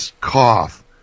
cough